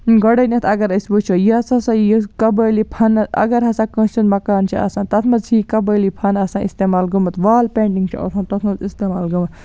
گۄڈٕنیٚتھ اگر أسۍ وٕچھو یۄس ہسا یہِ قبٲیلی فن اگر ہسا کٲنٛسہِ ہُنٛد مکان چھُ آسان تَتھ منٛز چھُ یہِ قبٲیلی فن آسان اِستِعمال گوٚمُت وال پینٛٹِنٛگ چھ آسان تَتھ منٛز اِستعمال گوٚمُت